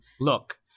Look